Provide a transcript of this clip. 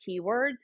keywords